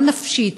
גם נפשית.